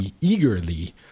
eagerly